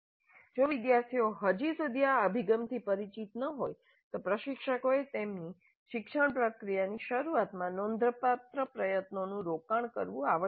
જો વિદ્યાર્થીઓ હજી સુધી આ અભિગમથી પરિચિત ન હોય તો પ્રશિક્ષકોએ તેમની શિક્ષણ પ્રક્રિયાની શરૂઆતમાં નોંધપાત્ર પ્રયત્નોનું રોકાણ કરવું આવશ્યક છે